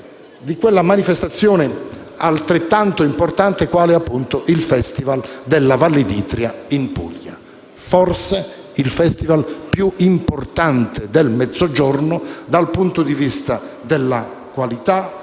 della manifestazione, altrettanto importante, qual è il Festival della Valle d'Itria in Puglia, forse il Festival più rilevante del Mezzogiorno dal punto di vista della qualità,